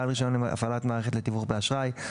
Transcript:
בעל רישיון להפעלת מערכת לתיווך באשראי,